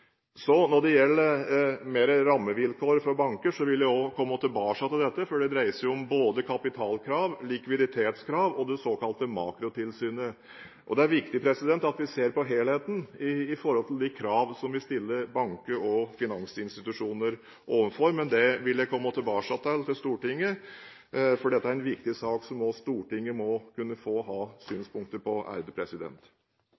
Så når det gjelder rammevilkår for banker, vil jeg også komme tilbake til dette, for det dreier seg om både kapitalkrav, likviditetskrav og det såkalte makrotilsynet. Det er viktig at vi ser på helheten når det gjelder de krav vi stiller banker og finansinstitusjoner overfor, men dette vil jeg komme tilbake til i Stortinget, for dette er en viktig sak som også Stortinget må få ha